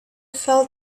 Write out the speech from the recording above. fell